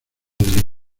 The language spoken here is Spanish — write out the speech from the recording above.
del